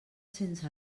sense